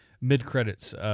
Mid-credits